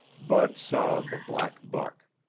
bud saw the black buck.